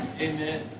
Amen